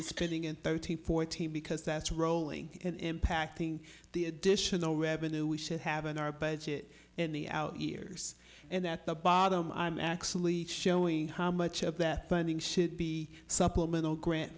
spending in thirteen fourteen because that's rolling in packing the additional revenue we should have in our budget in the out years and that the bottom i'm actually showing how much of that funding should be supplemental grant